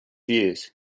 years